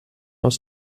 aus